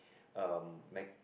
um mech~